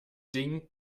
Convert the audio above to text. ding